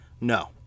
No